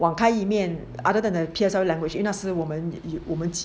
网开一面 other than the P_S_L_E language 应为那时我们我们